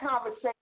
conversation